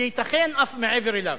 וייתכן אף מעבר אליו.